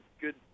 good